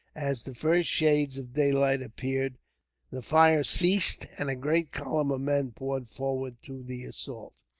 as the first shades of daylight appeared the fire ceased, and a great column of men poured forward to the assault.